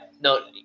no